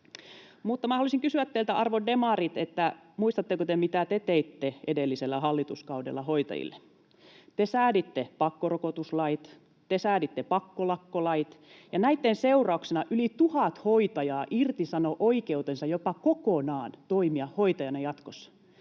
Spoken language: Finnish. Mutta minä halusin kysyä teiltä, arvon demarit, muistatteko te, mitä te teitte edellisellä hallituskaudella hoitajille. Te sääditte pakkorokotuslait, te sääditte pakkolakkolait, ja näitten seurauksena yli tuhat hoitajaa irtisanoi jopa kokonaan oikeutensa toimia hoitajana jatkossa.